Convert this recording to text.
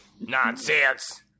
Nonsense